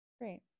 Great